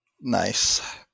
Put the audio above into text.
Nice